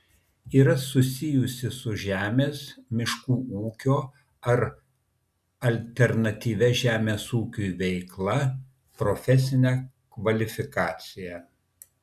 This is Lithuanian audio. yra susijusi su žemės miškų ūkio ar alternatyvia žemės ūkiui veikla profesinę kvalifikaciją